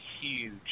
huge